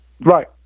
Right